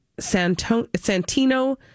Santino